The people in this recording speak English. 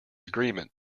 agreement